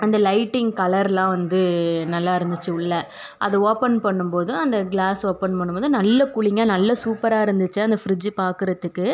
அந்த லைட்டிங் கலரெலாம் வந்து நல்லா இருந்துச்சு உள்ளே அது ஓப்பன் பண்ணும் போது அந்த க்ளாஸ் ஓப்பன் பண்ணும் போது நல்ல கூலிங்காக நல்ல சூப்பராக இருந்துச்சு அந்த ஃப்ரிட்ஜு பார்க்குறத்துக்கு